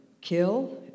kill